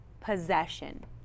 possession